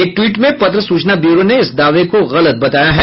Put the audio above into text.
एक ट्वीट में पत्र सूचना ब्यूरो ने इस दावे को गलत बताया है